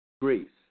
Greece